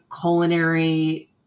culinary